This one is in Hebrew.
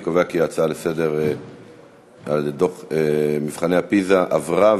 אני קובע כי ההצעות לסדר-היום על מבחני פיז"ה עברו,